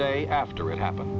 day after it happened